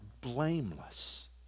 blameless